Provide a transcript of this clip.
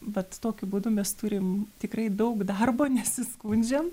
vat tokiu būdu mes turim tikrai daug darbo nesiskundžiam